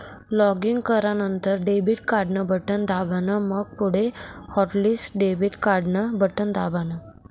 login करानंतर debit card न button दाबान, मंग पुढे हॉटलिस्ट डेबिट कार्डन बटन दाबान